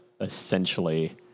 essentially –